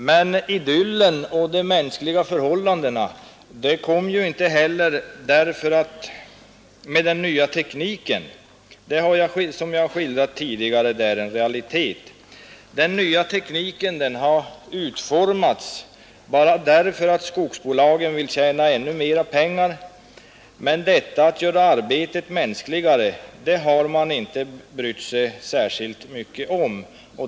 Men idyllen och mänskligare förhållanden kom inte heller med den nya tekniken, som jag tidigare har skildrat så som den ter sig i realiteten. Den nya tekniken har utformats bara därför att skogsbolagen vill tjäna ännu mera pengar. Men detta att göra arbetet mänskligare har man inte brytt sig särskilt mycket om.